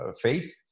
faith